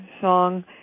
song